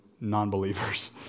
non-believers